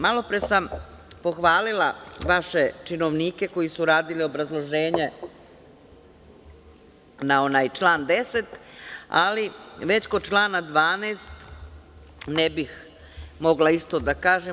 Malopre sam pohvalila vaše činovnike koji su radili obrazloženje na onaj član 10, ali već kod člana 12. ne bih mogla isto da kažem.